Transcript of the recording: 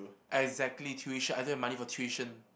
exactly tuition I don't have money for tuition